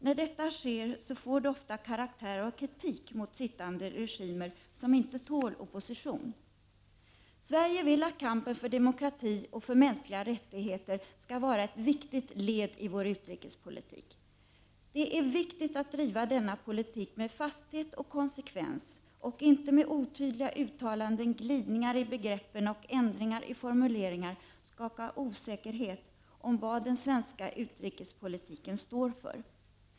När detta sker får det ofta karaktär av kritik mot sittande regimer som inte tål opposition. Sverige vill att kampen för demokrati och för mänskliga rättigheter skall vara ett viktigt led i vår utrikespolitik. Det är viktigt att driva denna politik med fasthet och konsekvens och inte med otydliga uttalanden, glidningar i begreppen och ändringar i formuleringar skapa osäkerhet om vad den svenska utrikespolitiken står för.